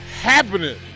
happening